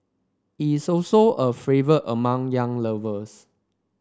it is also a favourite among young lovers